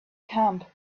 camp